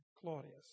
Claudius